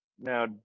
Now